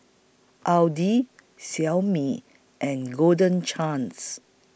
Audi Xiaomi and Golden Chance